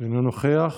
אינו נוכח.